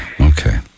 okay